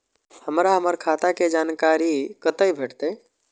हमरा हमर खाता के कोनो जानकारी कते भेटतै